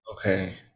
Okay